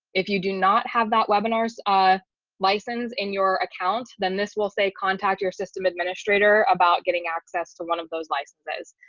if you do not have that webinars a license and your account then this will say contact your system administrator about getting access to one of those licenses.